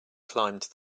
climbed